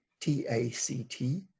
T-A-C-T